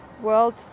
world